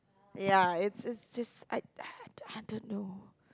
ya it's it's just I I don't know